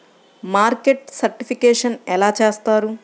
Market certification ఎలా చేస్తారు?